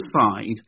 side